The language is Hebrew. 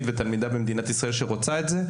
ותלמידה במדינת ישראל שרוצה את זה,